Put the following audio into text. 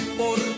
por